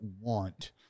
want